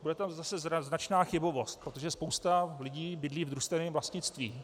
Bude tam zase značná chybovost, protože spousta lidí bydlí v družstevním vlastnictví.